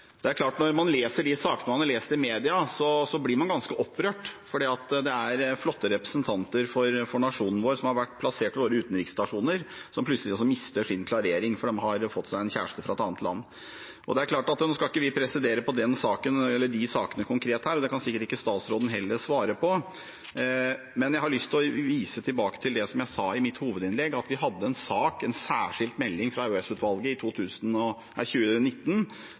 Det er klart at når man ser på de sakene man har lest i media, blir man ganske opprørt, for det er flotte representanter for nasjonen vår, som har vært plassert ved våre utenriksstasjoner, som plutselig mister sin klarering fordi de har fått seg en kjæreste fra et annet land. Nå skal ikke vi prosedere på de sakene konkret her, og det kan sikkert ikke statsråden heller svare på. Men jeg har lyst til å vise til det som jeg sa i mitt hovedinnlegg, at vi hadde en sak, en særskilt melding fra EOS-utvalget, i